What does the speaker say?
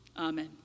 Amen